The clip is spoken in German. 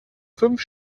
fünf